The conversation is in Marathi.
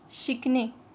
शिकणे